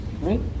Right